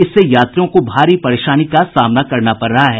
इससे यात्रियों को भारी परेशानी का सामना करना पड़ रहा है